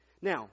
Now